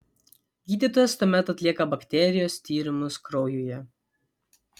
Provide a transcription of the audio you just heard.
gydytojas tuomet atlieka bakterijos tyrimus kraujuje